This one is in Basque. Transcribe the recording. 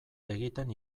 egiten